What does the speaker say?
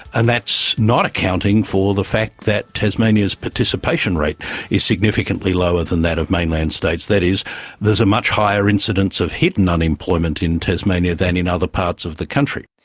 and that's not accounting for the fact that tasmania's participation rate is significantly lower than that of the mainland states, that is there's a much higher incidence of hidden unemployment in tasmania than in other parts of the country.